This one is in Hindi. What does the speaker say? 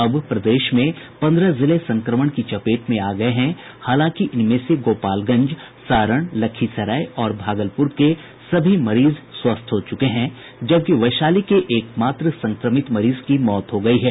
अब प्रदेश में पन्द्रह जिले संक्रमण की चपेट में आ गये हैं हांलाकि इनमें से गोपालगंज सारण लखीसराय और भागलपुर के सभी मरीज स्वस्थ हो चुके हैं जबकि वैशाली के एक मात्र संक्रमित मरीज की मौत हो गयी है